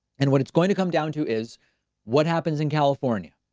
and what it's going to come down to is what happens in california,